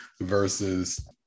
versus